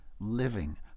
living